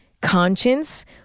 conscience